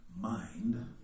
mind